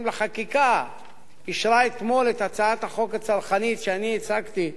לחקיקה אישרה אתמול את הצעת החוק הצרכנית שאני הצגתי,